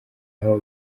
aho